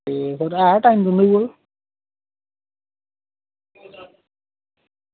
ते थोह्ड़ ऐ टैम तुं'दे कोल